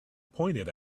pointed